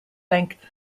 length